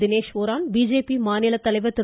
Dinesh Oraon BJP மாநிலத் தலைவர் திரு